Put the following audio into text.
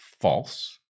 false